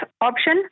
option